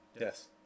Yes